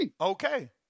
Okay